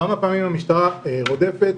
כמה פעמים המשטרה רודפת